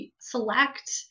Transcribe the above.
select